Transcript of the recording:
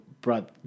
brought